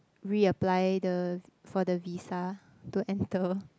re-apply the for the visa to enter